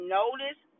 notice